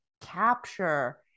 capture